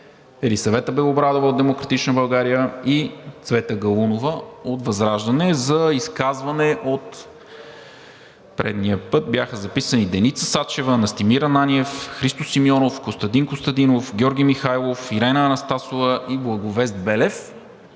Елисавета Белобрадова от „Демократична България“ и Цвета Галунова от ВЪЗРАЖДАНЕ. За изказване от предния път бяха записани: Деница Сачева, Настимир Ананиев, Христо Симеонов, Костадин Костадинов, Георги Михайлов, Ирена Анастасова, Благовест Белев